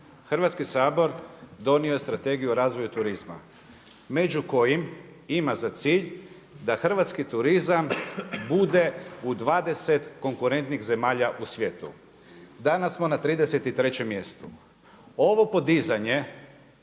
Hrvatski sabor donio je Strategiju o razvoju turizma među kojim ima za cilj da hrvatski turizam bude u 20 konkurentnih zemalja u svijetu. Danas smo na 33 mjestu. Ovo podizanje,